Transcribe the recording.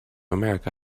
america